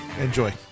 Enjoy